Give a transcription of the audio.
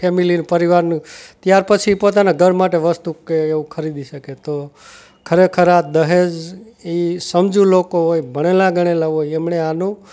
family ને પરિવારનું ત્યારપછી એ પોતાના ઘર માટે વસ્તુ કે એવું ખરીદી શકે તો ખરેખર આ દહેજ એ સમજુ લોકો હોય ભણેલા ગણેલા હોય એમણે આનું